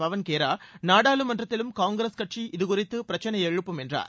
பவன் கேரா நாடாளுமன்றத்திலும் காங்கிரஸ் கட்சி இதுகுறித்து பிரச்னை எழுப்பும் என்றார்